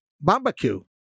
Barbecue